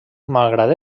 malgrat